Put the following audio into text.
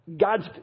God's